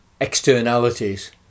externalities